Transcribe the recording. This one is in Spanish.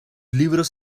libros